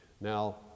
Now